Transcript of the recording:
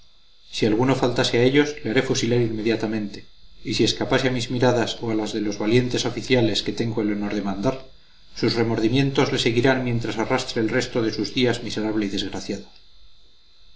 si alguno faltase a ellos le haré fusilar inmediatamente y si escapase a mis miradas o a las de los valientes oficiales que tengo el honor de mandar sus remordimientos le seguirán mientras arrastre el resto de sus días miserable y desgraciado